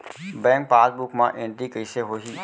Bank passbook मा entry कइसे होही?